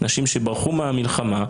אנשים שברחו מהמלחמה,